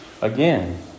Again